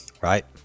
Right